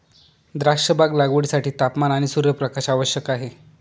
द्राक्षबाग लागवडीसाठी तापमान आणि सूर्यप्रकाश आवश्यक आहे